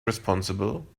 responsible